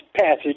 passage